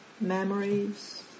memories